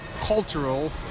cultural